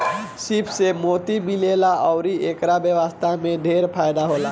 सीप से मोती मिलेला अउर एकर व्यवसाय में ढेरे फायदा होला